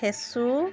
ফেঁচু